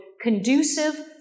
conducive